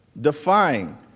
defying